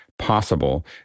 Possible